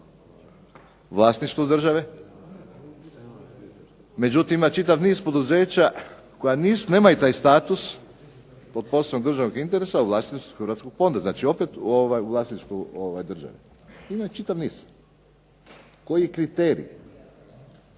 vlasništvu države. Međutim, ima čitav niz poduzeća koji nemaju taj status od posebnog državnog interesa a u vlasništvu su Hrvatskog fonda, znači opet u vlasništvu države. Ima čitav niz. Koji kriterij?